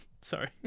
Sorry